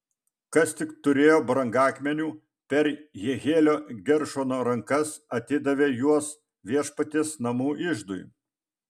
kas tik turėjo brangakmenių per jehielio geršono rankas atidavė juos viešpaties namų iždui